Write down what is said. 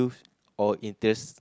or interest